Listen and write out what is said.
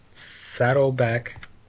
Saddleback